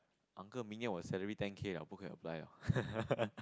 uncle 明年我: ming nian wo salary ten K liao 不可以: bu ke yi apply liao